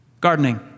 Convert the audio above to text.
gardening